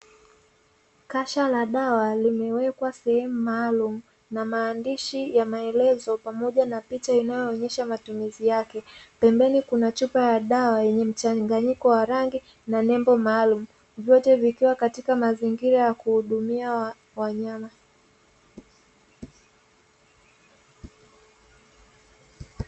Kasha la dawa limewekwa sehemu maalumu na maandishi ya maelezo pamoja na picha inayoonyesha matumizi yake, pembeni kuna chupa ya dawa yenye mchangayiko wa rangi na nembo maalumu, vyote vikiwa katika mazingira ya kuhudumia wanyama.